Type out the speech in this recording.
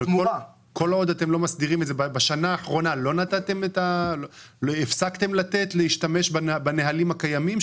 אבל בשנה האחרונה הפסקתם להשתמש בנהלים הקיימים?